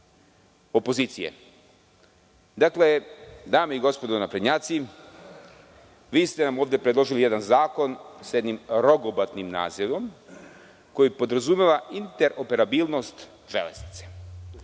opozicije. Dakle, dame i gospodo naprednjaci, vi ste nam ovde predložili jedan zakon, sa jednim rogobatnim nazivom koji podrazumeva interoperabilnost železnice.